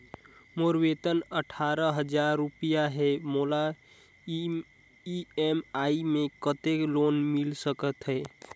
मोर वेतन अट्ठारह हजार रुपिया हे मोला ई.एम.आई मे कतेक लोन मिल सकथे?